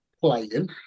playing